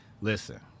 Listen